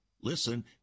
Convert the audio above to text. listen